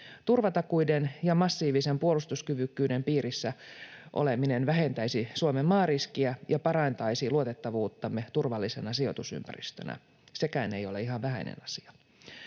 Turvatakuiden ja massiivisen puolustuskyvykkyyden piirissä oleminen vähentäisi Suomen maariskiä ja parantaisi luotettavuuttamme turvallisena sijoitusympäristönä — sekään ei ole ihan vähäinen asia.